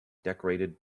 decorated